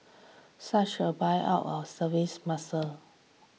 such a buyout will services muscle